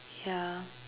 ya